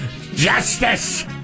Justice